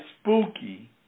spooky